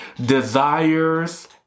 desires